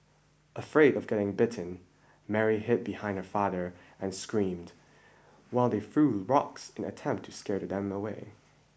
afraid of getting bitten Mary hid behind her father and screamed while they threw rocks in an attempt to scare them away